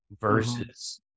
versus